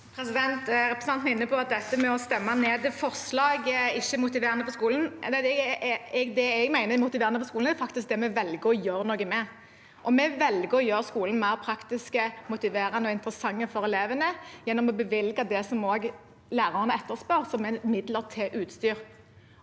Represen- tanten er inne på at å stemme ned forslag ikke er motiverende for skolen. Det jeg mener er motiverende for skolen, er faktisk det vi velger å gjøre noe med, og vi velger å gjøre skolen mer praktisk, motiverende og interessant for elevene gjennom å bevilge det som også lærerne etterspør, som er midler til utstyr.